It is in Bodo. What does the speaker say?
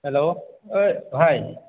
हेलौ ओइ भाई